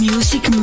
Music